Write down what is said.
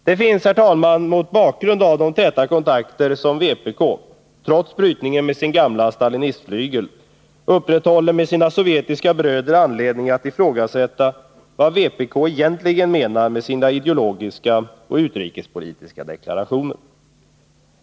Det finns, herr talman, mot bakgrund av de täta kontakter som vpk — trots brytningen med sin gamla stalinistflygel — upprätthåller med sina sovjetiska bröder, anledning att ifrågasätta vad vpk egentligen menar med sina ideologiska och utrikespolitiska deklarationer.